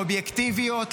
אובייקטיביות,